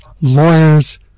lawyers